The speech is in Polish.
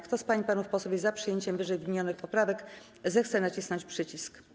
Kto z pań i panów posłów jest za przyjęciem ww. poprawek, zechce nacisnąć przycisk.